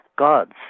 gods